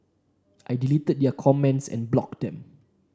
I deleted their comments and blocked them